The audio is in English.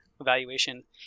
evaluation